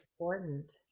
important